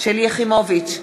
שלי יחימוביץ,